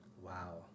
wow